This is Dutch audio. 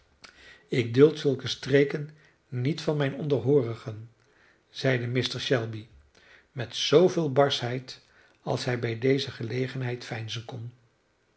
ik duld zulke streken niet van mijne onderhoorigen zeide mr shelby met zooveel barschheid als hij bij deze gelegenheid veinzen kon